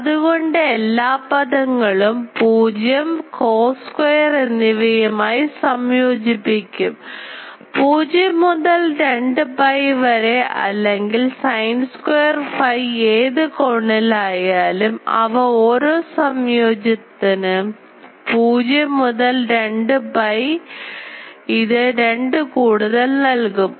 അതുകൊണ്ട് എല്ലാ പദങ്ങളും 0 കോസ് സ്ക്വയർ എന്നിവയുമായി സംയോജിപ്പിക്കും 0 മുതൽ 2 പൈ വരെ അല്ലെങ്കിൽ sin square phi ഏത് കോണിലായാലും അവ ഓരോ സംയോജനത്തിനും 0 മുതൽ 2 പൈ ഇത് 2 കൂടുതൽ നൽകും